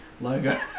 logo